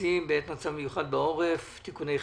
מסים בעת מצב מיוחד בעורף (תיקוני חקיקה),